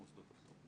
התרבות והספורט.